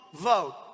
vote